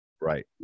Right